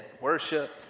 Worship